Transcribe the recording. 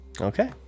Okay